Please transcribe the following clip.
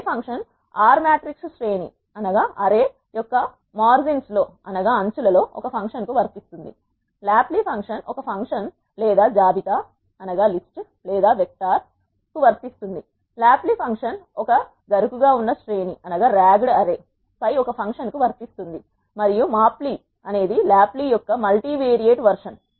apply function R matrix శ్రేణి యొక్క అంచులలో ఒక ఫంక్షన్ కి వర్తిస్తుంది లాప్లీ ఫంక్షన్ ఒక ఫంక్షన్ లేదా జాబితా లేదా వెక్టార్ కు వర్తిస్తుంది ట్యాప్లీ ఫంక్షన్ ఒక గరుకుగా ఉన్న శ్రేణి పై ఒక ఫంక్షన్కు వర్తిస్తుంది మరియు మాప్లై అనేది లాప్లీ యొక్క మల్టీవెరియట్ వెర్షన్